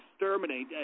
exterminate